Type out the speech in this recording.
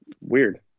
Weird